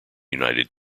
united